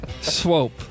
Swope